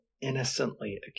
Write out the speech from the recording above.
innocently